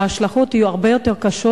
וההשלכות יהיו הרבה יותר קשות,